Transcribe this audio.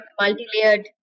multi-layered